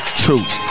truth